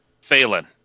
Phelan